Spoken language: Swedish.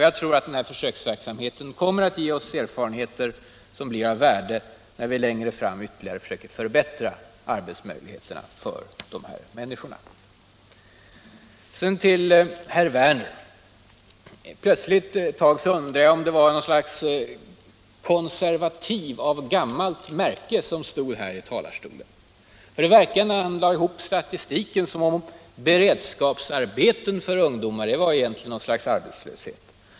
Jag tror att den här försöksverksamheten kommer att ge oss erfarenheter som blir av värde när vi längre fram försöker förbättra arbetsmöjligheterna ytterligare för dessa människor. Sedan vill jag vända mig till herr Werner. Plötsligt ett tag undrade jag om det var någon konservativ av gammalt märke som stod i talarstolen, för när herr Werner lade ihop statistiken verkade det som om beredskapsarbeten för ungdom egentligen var något slags arbetslöshet.